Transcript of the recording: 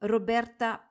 Roberta